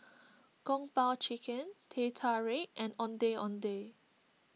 Kung Po Chicken Teh Tarik and Ondeh Ondeh